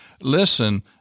listen